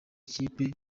ikipe